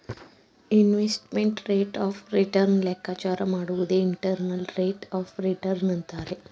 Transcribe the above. investment rate of return ಲೆಕ್ಕಾಚಾರ ಮಾಡುವುದೇ internal rate of return ಅಂತರೆ